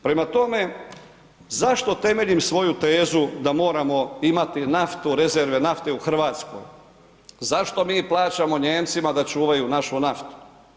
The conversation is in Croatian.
Prema tome, zašto temeljim svoju tezu da moramo imati naftu, rezerve nafte u Hrvatskoj, zašto mi plaćamo Nijemcima da čuvaju našu naftu?